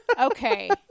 Okay